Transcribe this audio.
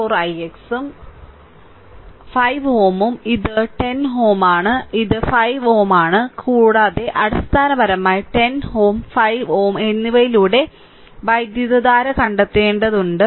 4 ix ഉം ix 5Ω ഉം ഇത് 10Ω ആണ് ഇത് 5Ω ആണ് കൂടാതെ അടിസ്ഥാനപരമായി 10Ω 5Ω എന്നിവയിലൂടെ വൈദ്യുതധാര കണ്ടെത്തേണ്ടതുണ്ട്